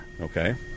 Okay